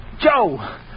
Joe